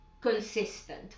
consistent